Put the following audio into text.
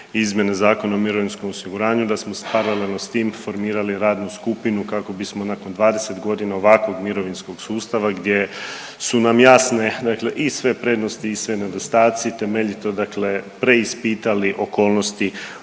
izmjene Zakona o mirovinskom osiguranju da smo paralelno s tim formirali radnu skupinu kako bismo nakon 20 godina ovakvog mirovinskog sustava gdje su nam jasne dakle i sve prednosti i sve nedostaci, temeljito dakle preispitali okolnosti